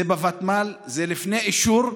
זה בוותמ"ל, זה לפני אישור,